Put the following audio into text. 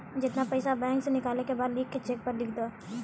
जेतना पइसा बैंक से निकाले के बा लिख चेक पर लिख द